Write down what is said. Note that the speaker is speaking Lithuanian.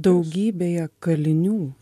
daugybėje kalinių